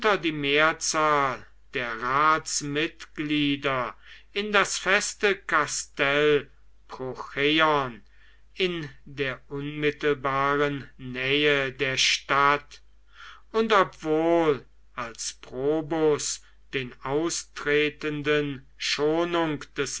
die mehrzahl der ratsmitglieder in das feste kastell prucheion in der unmittelbaren nähe der stadt und obwohl als probus den austretenden schonung des